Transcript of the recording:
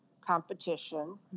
competition